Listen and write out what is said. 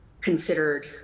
considered